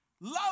Love